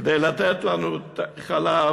כדי לתת לנו חלב,